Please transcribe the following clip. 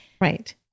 right